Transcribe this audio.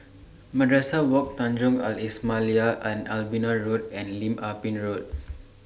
Madrasah Wak Tanjong Al Islamiah Allenby Road and Lim Ah Pin Road